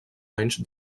anys